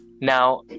Now